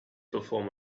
perform